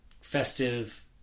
festive